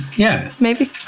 yeah. maybe.